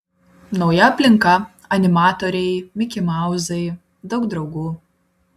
nauja aplinka animatoriai mikimauzai daug draugų